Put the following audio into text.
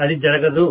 అది జరగదు